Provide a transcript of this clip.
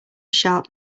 sharp